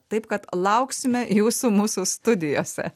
taip kad lauksime jūsų mūsų studijose